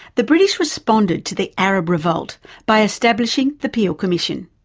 the british responded to the arab revolt by establishing the peel commission,